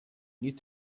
need